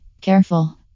Careful